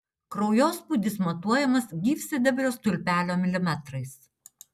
kraujospūdis matuojamas gyvsidabrio stulpelio milimetrais